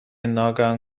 ناگهان